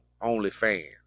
OnlyFans